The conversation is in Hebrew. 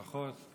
ברכות.